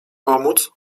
pomóc